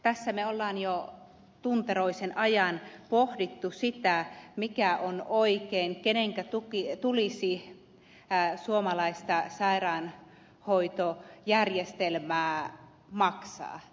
tässä me olemme jo tunteroisen ajan pohtineet sitä mikä on oikein kenenkä tulisi suomalaista sairaanhoitojärjestelmää maksaa